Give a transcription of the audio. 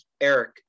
Eric